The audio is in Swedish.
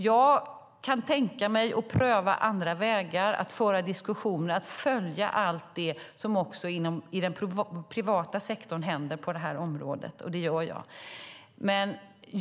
Jag kan tänka mig att pröva andra vägar att föra diskussion och följa allt det som händer på det här området inom den privata sektorn, och det gör jag också.